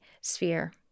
sphere